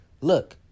Look